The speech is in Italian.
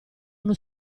uno